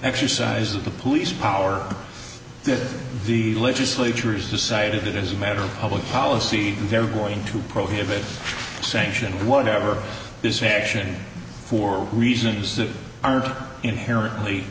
exercise of the police power that the legislature is decided as a matter of public policy they're going to prohibit sanction whatever this action for reasons that are inherently